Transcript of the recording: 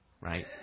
right